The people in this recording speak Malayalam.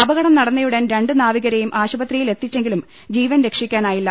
അപകടം നടന്നയുടൻ രണ്ട് നാവികരെയും ആശുപത്രിയിലെത്തിച്ചെങ്കിലും ജീവൻ രക്ഷിക്കാനായില്ല